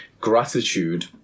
gratitude